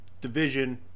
division